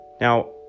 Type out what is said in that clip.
Now